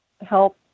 help